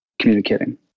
communicating